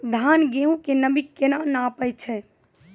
धान, गेहूँ के नमी केना नापै छै?